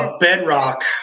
bedrock